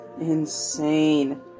insane